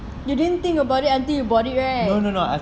you didn't think about it until you bought it right